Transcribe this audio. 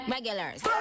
Regulars